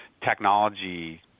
Technology